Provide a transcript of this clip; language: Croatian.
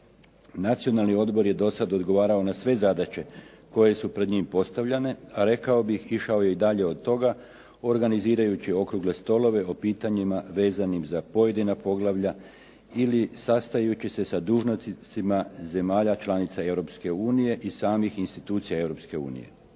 Nacionalni odbor je dosad odgovarao na sve zadaće koje su pred njim postavljane, a rekao bih išao je i dalje od toga, organizirajući okrugle stolove o pitanjima vezanim za pojedina poglavlja ili sastajući se sa dužnosnicima zemalja članica Europske unije i samih institucija